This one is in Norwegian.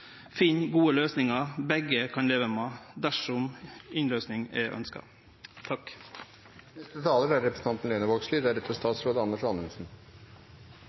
finn gode løysingar begge kan leve med dersom innløysing er ønskt.